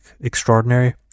Extraordinary